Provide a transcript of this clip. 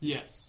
Yes